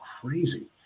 crazy